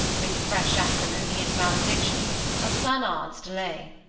with fresh acrimony and maledictions of planard's delay.